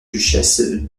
duchesse